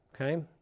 okay